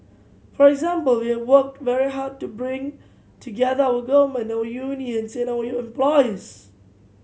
for example we have worked very hard to bring together our government our unions and our employers